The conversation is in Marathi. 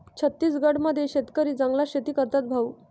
छत्तीसगड मध्ये शेतकरी जंगलात शेतीच करतात भाऊ